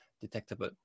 detectable